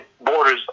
borders